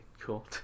cool